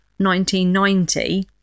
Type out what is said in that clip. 1990